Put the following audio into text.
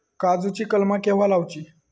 काजुची कलमा केव्हा लावची?